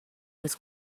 was